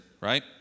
right